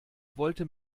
wollte